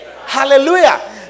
Hallelujah